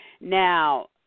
Now